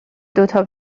دوتا